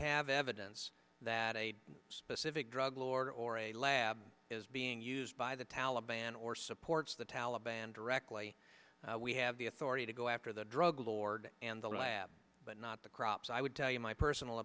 have evidence that a specific drug lord or a lab is being used by the taliban or supports the taliban directly we have the authority to go after the drug lord and the lab but not the crops i would tell you my personal